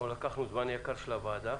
לקחנו זמן יקר של הוועדה